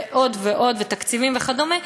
ועוד ועוד ותקציבים וכדומה,